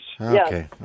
Okay